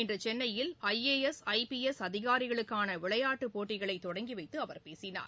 இன்று சென்னையில் I A S I P S அதிகாரிகளுக்கான விளையாட்டுப் போட்டிகளை தொடங்கிவைத்து அவர் பேசினார்